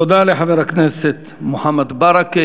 תודה לחבר הכנסת מוחמד ברכה.